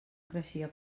creixia